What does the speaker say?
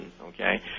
okay